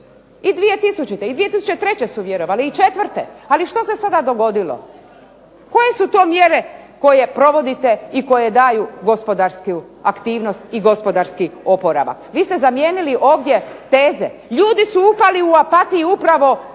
i 2000. i 2003. su vjerovali i četvrte ali što se sada dogodilo. Koje su to mjere koje provodite i koje daju gospodarsku aktivnost i gospodarski oporavak. Vi ste zamijenili ovdje teze. Ljudi su upali u apatiju upravo